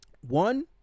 One